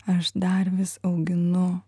aš dar vis auginu